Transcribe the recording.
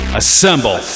assemble